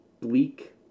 bleak